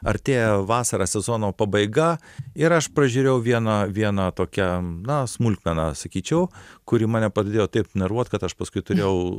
artėja vasara sezono pabaiga ir aš pražiūrėjau vieną vieną tokią na smulkmeną sakyčiau kuri mane pradėjo taip numeruot kad aš paskui turėjau